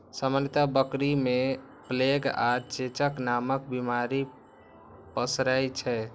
सामान्यतः बकरी मे प्लेग आ चेचक नामक बीमारी पसरै छै